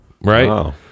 right